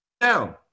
down